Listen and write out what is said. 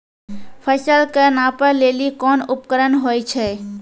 फसल कऽ नापै लेली कोन उपकरण होय छै?